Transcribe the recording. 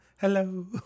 Hello